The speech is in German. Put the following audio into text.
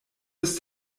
ist